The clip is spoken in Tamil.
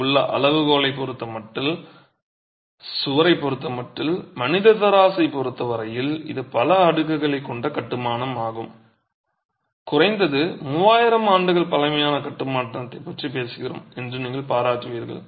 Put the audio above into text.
அங்குள்ள அளவுகோலைப் பொறுத்தமட்டில் சுவரைப் பொறுத்தமட்டில் மனிதத் தராசைப் பொறுத்த வரையில் இது பல அடுக்குகளைக் கொண்ட கட்டுமானம் என்றும் குறைந்தது 3000 ஆண்டுகள் பழமையான கட்டுமானத்தைப் பற்றிப் பேசுகிறோம் என்றும் நீங்கள் பாராட்டுவீர்கள்